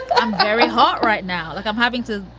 i'm very hot right now. like i'm having to.